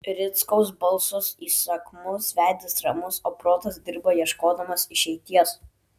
rickaus balsas įsakmus veidas ramus o protas dirba ieškodamas išeities